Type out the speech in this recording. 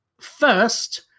First